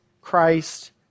Christ